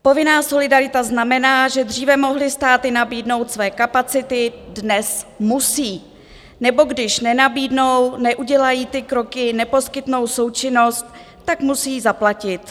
Povinná solidarita znamená, že dříve mohly státy nabídnout své kapacity, dnes musí, nebo když nenabídnou, neudělají ty kroky, neposkytnou součinnost, tak musí zaplatit.